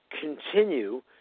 continue